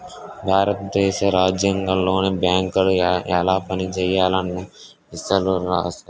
భారత దేశ రాజ్యాంగంలోనే బేంకులు ఎలా పనిజేయాలన్న ఇసయాలు రాశారు